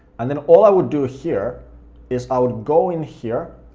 and then all i would do here is i would go in here,